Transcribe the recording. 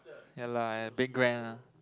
ya lah a bit grand ah